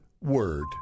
WORD